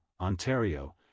Ontario